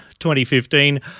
2015